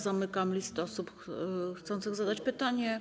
Zamykam listę osób chcących zadać pytanie.